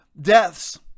deaths